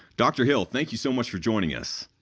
dr. hill, thank you so much for joining us.